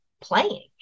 playing